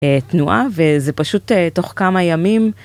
תנועה, וזה פשוט תוך כמה ימים.